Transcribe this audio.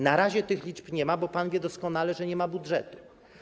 Na razie tych liczb nie ma, bo pan wie doskonale, że nie ma budżetu.